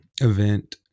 Event